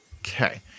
Okay